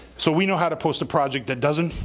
so we know how to post a project that doesn't,